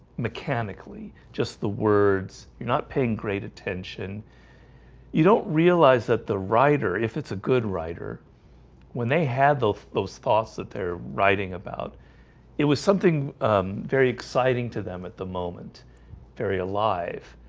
mechanically just the words. you're not paying great attention you don't realize that the writer if it's a good writer when they had those those thoughts that they're writing about it was something very exciting to them at the moment very alive